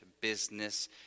business